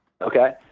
Okay